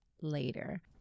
later